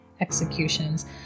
executions